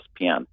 ESPN